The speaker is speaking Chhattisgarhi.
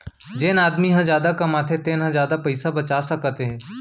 जेन आदमी ह जादा कमाथे तेन ह जादा पइसा बचा सकत हे